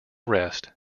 rest